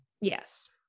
Yes